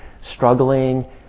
struggling